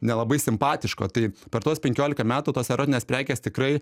nelabai simpatiško tai per tuos penkioliką metų tos erotinės prekės tikrai